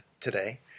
today